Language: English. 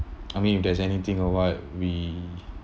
I mean if there's anything or what we